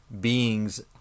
beings